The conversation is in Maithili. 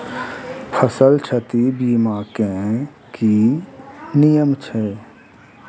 फसल क्षति बीमा केँ की नियम छै?